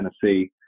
Tennessee